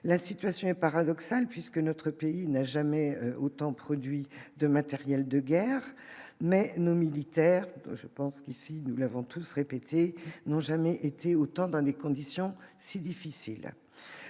la situation est paradoxale puisque notre pays n'a jamais autant produit de matériel de guerre, mais nos militaires, je pense qu'ici, nous l'avons tous répété n'ont jamais été autant dans des conditions si difficiles,